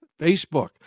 Facebook